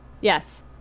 Yes